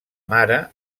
mare